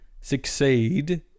succeed